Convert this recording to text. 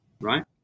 Right